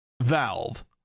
Valve